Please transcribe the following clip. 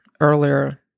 earlier